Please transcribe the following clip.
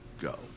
go